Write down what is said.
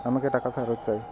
আমাকে টাকা ফেরত চাই